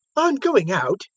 on going out,